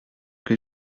que